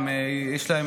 אדוני היושב-ראש,